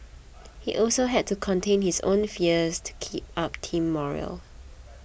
he also had to contain his own fears to keep up team morale